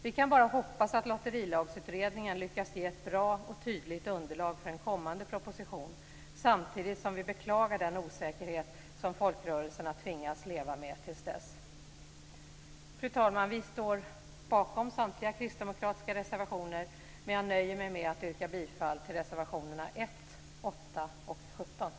Vi kan bara hoppas att Lotterilagsutredningen lyckas ge ett bra och tydligt underlag för en kommande proposition samtidigt som vi beklagar den osäkerhet som folkrörelserna tvingas leva med till dess. Fru talman! Vi står bakom samtliga kristdemokratiska reservationer, men jag nöjer mig med att yrka bifall till reservationerna 1, 8 och 17.